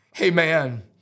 Amen